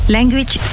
Language